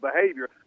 behavior